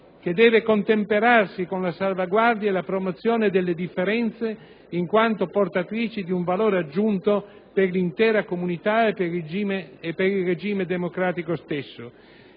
che deve contemperarsi con la salvaguardia e la promozione delle differenze in quanto portatrici di un valore aggiunto per l'intera comunità e per il regime democratico stesso.